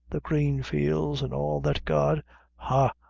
the green fields, and all that god ha,